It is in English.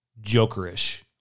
Jokerish